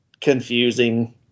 confusing